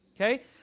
Okay